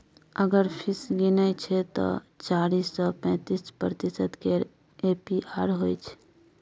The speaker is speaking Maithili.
अगर फीस गिनय छै तए चारि सय पैंतीस प्रतिशत केर ए.पी.आर होइ छै